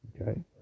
Okay